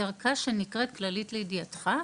ערכה שנקראת ׳כללית לידיעתך׳.